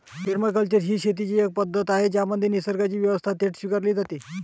permaculture ही शेतीची एक पद्धत आहे ज्यामध्ये निसर्गाची व्यवस्था थेट स्वीकारली जाते